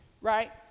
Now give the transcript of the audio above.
right